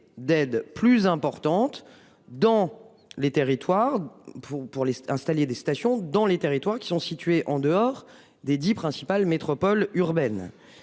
d'aides plus importantes dans les territoires pour pour les installer des stations dans les territoires qui sont situés en dehors des 10 principales métropoles urbaines.